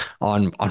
on